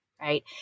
Right